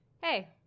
hey